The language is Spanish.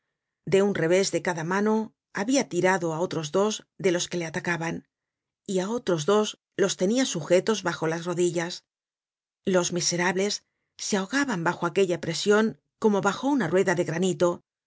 de un revés de cada mano habia tirado á otros dos de los que le atacaban y á otros dos los tenia sujetos bajo las rodillas los miserables se ahogaban bajo aquella presion como bajo una rueda de granito